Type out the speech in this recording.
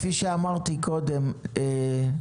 כפי שאמרתי קודם,